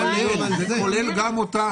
זה כולל גם אותם.